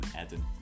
Eden